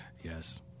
Yes